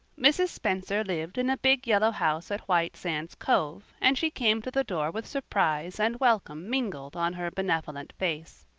mrs. spencer lived in a big yellow house at white sands cove, and she came to the door with surprise and welcome mingled on her benevolent face.